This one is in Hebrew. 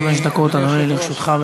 חמש דקות, אדוני, לרשותך.